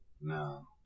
No